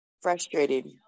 frustrated